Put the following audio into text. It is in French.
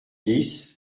dix